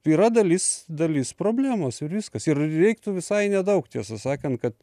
yra dalis dalis problemos ir viskas ir reiktų visai nedaug tiesą sakant kad